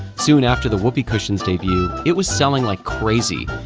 soon after the whoopee cushion's debut, it was selling like crazy!